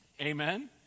Amen